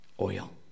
oil